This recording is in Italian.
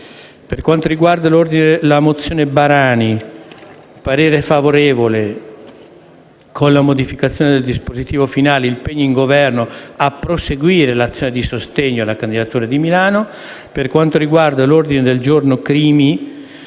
Per quanto riguarda l'ordine del giorno G1,